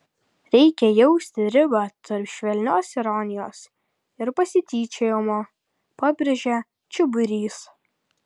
reikia jausti ribą tarp švelnios ironijos ir pasityčiojimo pabrėžia čiburys